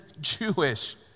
Jewish